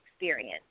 experience